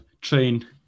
train